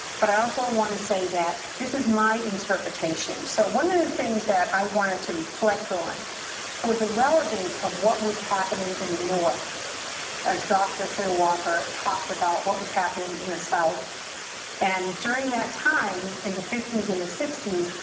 but i also wanna say that this is my interpretation. so one of the things that i wanted to reflect on was the relevance of what was happening in the north as dr. siddle walker talked about what was happening in the south and during that time in the fifty s and the sixty s,